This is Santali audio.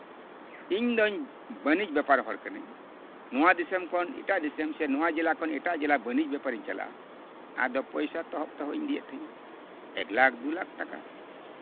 ᱤᱧᱫᱩᱧ ᱵᱟᱹᱱᱤᱡ ᱵᱮᱯᱟᱨ ᱦᱚᱲ ᱠᱟᱹᱱᱟᱹᱧ ᱱᱟᱶᱟ ᱫᱤᱥᱚᱢ ᱠᱷᱚᱱ ᱮᱴᱟᱜ ᱫᱤᱥᱚᱢ ᱥᱮ ᱱᱚᱶᱟ ᱡᱮᱞᱟ ᱠᱷᱚᱱ ᱮᱴᱟᱜ ᱡᱮᱞᱟ ᱵᱟᱹᱱᱤᱡ ᱵᱮᱯᱟᱨᱤᱧ ᱪᱟᱞᱟᱜᱼᱟ ᱟᱫᱚ ᱯᱚᱭᱥᱟ ᱛᱚᱦᱚᱫᱼᱛᱚᱦᱚᱫ ᱤᱧ ᱤᱫᱤᱭᱮᱫ ᱛᱟᱦᱮᱸᱜᱼᱟ ᱮᱠᱞᱟᱠ ᱫᱩᱞᱟᱠ ᱴᱟᱠᱟ ᱟᱫᱚ ᱮᱠᱞᱟᱠ ᱫᱩᱞᱟᱠ ᱴᱟᱠᱟ ᱡᱚᱠᱷᱚᱱ